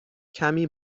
کمی